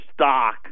stock